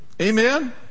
Amen